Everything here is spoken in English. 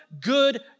good